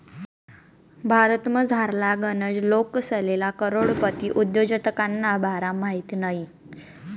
भारतमझारला गनच लोकेसले करोडपती उद्योजकताना बारामा माहित नयी